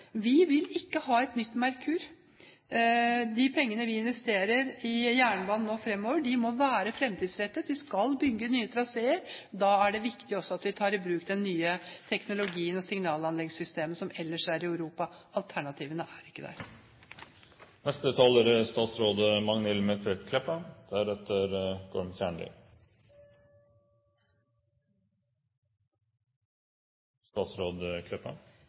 vi egentlig råd til å vente? Vi vil ikke ha et nytt Merkur. De pengene vi investerer i jernbanen nå fremover, må være fremtidsrettet. Vi skal bygge nye traseer. Da er det også viktig at vi tar i bruk den nye teknologien og det signalanleggsystemet som ellers er i Europa. Alternativene er ikke der. Interpellanten og eg er